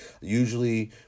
usually